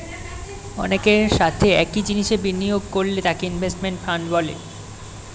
অনেকের সাথে একই জিনিসে বিনিয়োগ করলে তাকে ইনভেস্টমেন্ট ফান্ড বলে